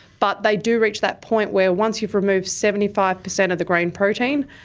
but they do reach that point where once you've removed seventy five percent of the grain protein,